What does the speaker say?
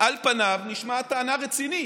על פניו זו נשמעת טענה רצינית,